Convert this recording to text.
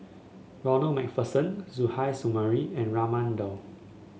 Ronald MacPherson Suzairhe Sumari and Raman Daud